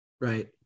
Right